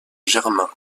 germain